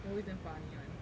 always damn funny [one]